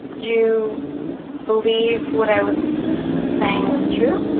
you believe what i was saying was true?